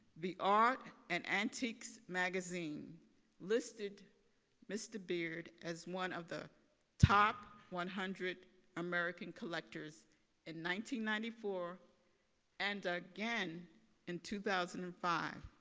the art and antiques magazine listed mr. beard as one of the top one hundred american collectors ninety ninety four and again in two thousand and five.